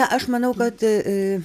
aš manau kad